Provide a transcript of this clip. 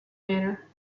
manner